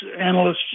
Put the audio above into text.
analysts